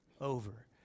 over